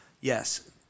Yes